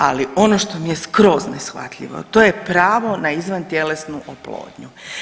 Ali ono što mi je skroz neshvatljivo to je pravo na izvantjelesnu oplodnju.